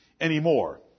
anymore